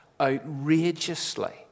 outrageously